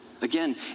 Again